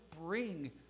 bring